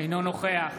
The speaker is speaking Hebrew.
אינו נוכח